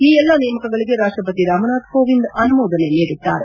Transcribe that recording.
ಈ ಎಲ್ಲಾ ನೇಮಕಗಳಿಗೆ ರಾಷ್ಟಪತಿ ರಾಮನಾಥ್ ಕೋವಿಂದ್ ಅನುಮೋದನೆ ನೀಡಿದ್ದಾರೆ